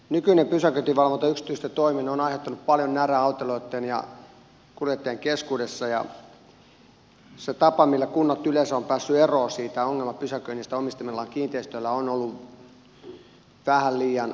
nykyinen pysäköintivalvonta yksityisten toimin on aiheuttanut paljon närää autoilijoitten ja kuljettajien keskuudessa ja se tapa millä kunnat yleensä ovat päässeet eroon siitä ongelmapysäköinnistä omistamillaan kiinteistöillä on ollut vähän liian yksioikoinen